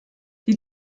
die